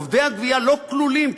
עובדי הגבייה לא כלולים,